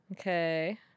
Okay